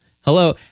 hello